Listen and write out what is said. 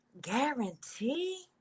Guarantee